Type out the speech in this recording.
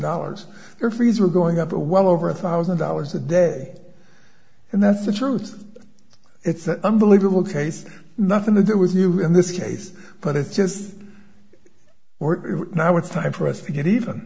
dollars their fees were going up for well over a thousand dollars a day and that's the truth it's an unbelievable case nothing to do with you in this case but it's just or now it's time for us to get even